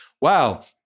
wow